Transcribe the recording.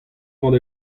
gant